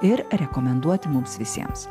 ir rekomenduoti mums visiems